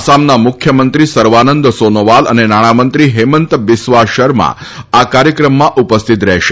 આસામના મુખ્ય મંત્રી સર્વાનંદ સોનોવાલ અને નાણાં મંત્રી હેમંત બિસ્વા શર્મા આ કાર્યક્રમમાં ઉપસ્થિત રહેશે